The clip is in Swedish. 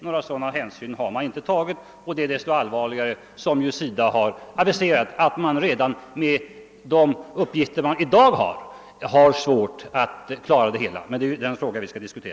Några sådana hänsyn har inte tagits, vilket är desto allvarligare som SIDA har aviserat att verket redan med de uppgifter man har i dag har svårt att klara sina uppgifter.